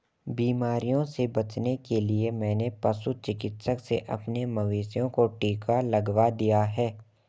बीमारियों से बचने के लिए मैंने पशु चिकित्सक से अपने मवेशियों को टिका लगवा दिया है